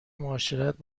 معاشرت